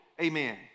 Amen